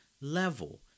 level